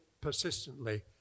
persistently